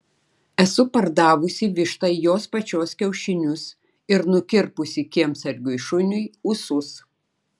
esu pardavusi vištai jos pačios kiaušinius ir nukirpusi kiemsargiui šuniui ūsus